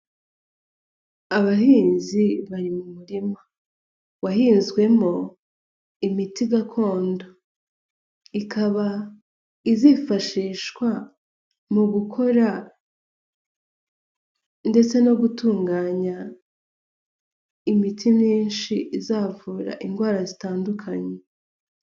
Abahinzi bari mu murima, wahinzwemo imiti gakondo, ikaba izifashishwa mu gukora ndetse no gutunganya imiti myinshi, izavura indwara zitandukanye.